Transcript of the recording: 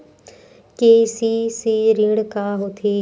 KCC ऋण का होथे?